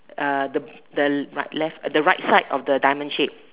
uh the the right left the right side of the diamond shape